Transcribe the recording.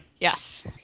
Yes